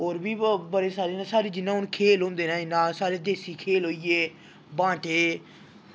होर बी बड़े सारे न साढ़े जि'यां हून खेल होंदे न जि'यां हून साढ़े देस्सी खेल होई गे बांटे